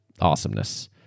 awesomeness